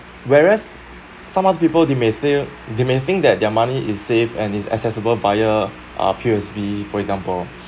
whereas some other people they may feel they may think that their money is safe and is accessible via uh P_O_S_B for example